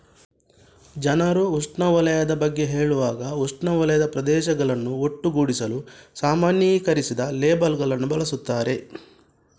ಜನರು ಉಷ್ಣವಲಯದ ಬಗ್ಗೆ ಹೇಳುವಾಗ ಉಷ್ಣವಲಯದ ಪ್ರದೇಶಗಳನ್ನು ಒಟ್ಟುಗೂಡಿಸಲು ಸಾಮಾನ್ಯೀಕರಿಸಿದ ಲೇಬಲ್ ಗಳನ್ನು ಬಳಸುತ್ತಾರೆ